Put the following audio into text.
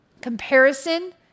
comparison